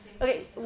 Okay